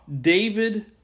David